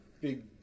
big